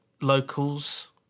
locals